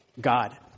God